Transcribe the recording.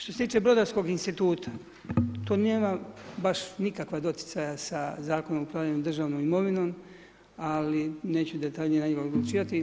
Što se tiče brodarskog instituta, to nema baš nikakvog doticaja sa Zakonom o upravljanju državnom imovinom, ali neću detaljnije na njima odlučivati.